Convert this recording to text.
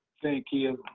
thank you.